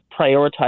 prioritize